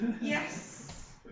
Yes